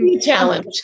challenge